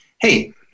hey